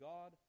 God